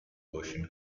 version